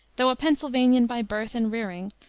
though a pennsylvanian by birth and rearing,